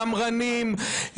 שמרנים,